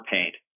Paint